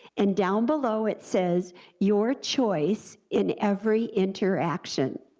and down below, it says your choice in every interaction.